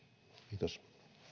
kiitos